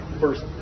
first